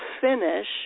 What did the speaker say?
finish